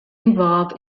involved